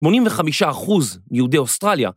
85 אחוז יהודי אוסטרליה